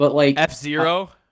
F-Zero